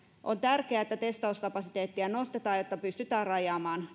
on tärkeää että testauskapasiteettia nostetaan jotta pystytään rajaamaan